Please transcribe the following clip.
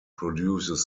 produces